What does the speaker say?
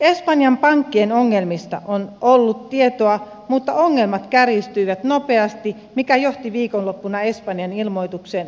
espanjan pankkien ongelmista on ollut tietoa mutta ongelmat kärjistyivät nopeasti mikä johti viikonloppuna espanjan ilmoitukseen avunpyynnöstä pankkisektoreille